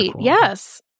Yes